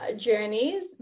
journeys